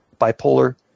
bipolar